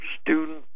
student